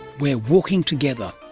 we're walking together.